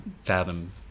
fathom